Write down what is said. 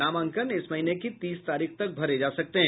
नामांकन इस महीने की तीस तारीख तक भरे जा सकते हैं